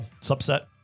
subset